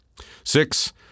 Six